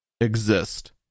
exist